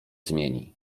zmieni